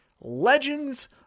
legends